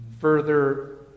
further